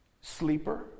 Sleeper